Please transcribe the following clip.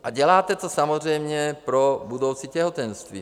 A děláte to samozřejmě pro budoucí těhotenství.